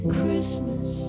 Christmas